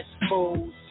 expose